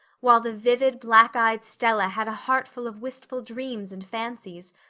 while the vivid, black-eyed stella had a heartful of wistful dreams and fancies,